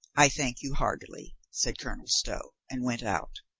i thank you heartily, said colonel stow, and went out.